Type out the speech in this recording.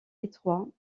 étroit